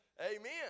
Amen